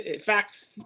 Facts